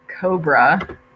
Cobra